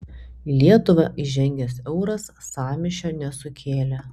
į lietuvą įžengęs euras sąmyšio nesukėlė